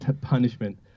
punishment